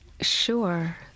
sure